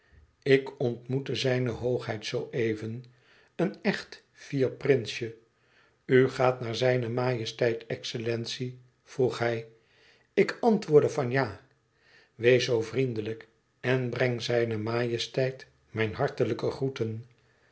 ik ontmoette zijne hoogheid zoo even een echt fier prinsje u gaat naar zijne majesteit excellentie vroeg hij ik antwoordde van ja wees zoo vriendelijk en breng zijne majesteit mijn hartelijke groeten